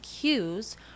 cues